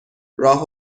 راه